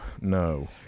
no